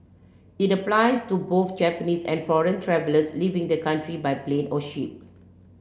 it applies to both Japanese and foreign travellers leaving the country by plane or ship